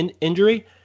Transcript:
injury